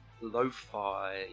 lo-fi